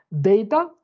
data